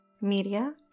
media